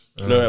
No